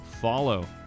follow